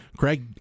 Craig